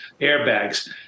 airbags